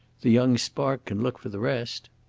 the young spark can look for the rest.